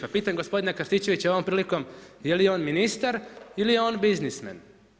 Pa pitam gospodina Krstičevića ovom prilikom, je li on ministar ili je on biznismen?